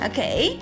Okay